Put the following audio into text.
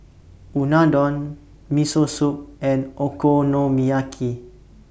Unadon Miso Soup and Okonomiyaki